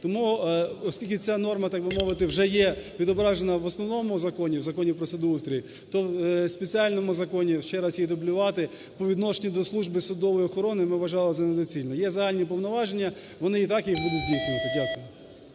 Тому, оскільки ця норма, так би мовити, вже є відображена в основному законі, в Законі про судоустрій, то в спеціальному законі ще раз її дублювати по відношенню до Служби судової охорони ми вважали за недоцільне. Є загальні повноваження, вони і так їх будуть здійснювати. Дякую.